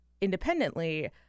independently